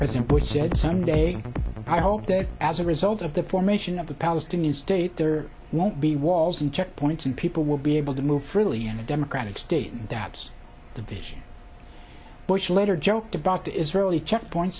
president bush said some day i hope that as a result of the formation of the palestinian state there won't be walls and checkpoints and people will be able to move freely in a democratic state that the village voice later joked about the israeli checkpoint